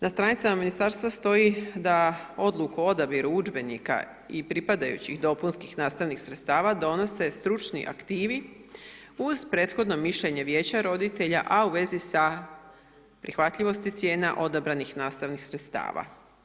Na stranicama ministarstva stoji da odluku o odabiru udžbenika i pripadajućih dopunskih nastavnih sredstava donose stručni aktivi uz prethodno mišljenje Vijeća roditelja a u vezi sa prihvatljivosti cijena odabranih nastavnih sredstava.